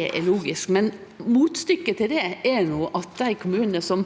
er logisk, men motstykket til det er at dei kommunane som